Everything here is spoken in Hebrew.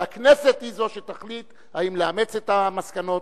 והכנסת היא זו שתחליט אם לאמץ את המסקנות,